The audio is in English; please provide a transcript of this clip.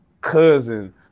cousin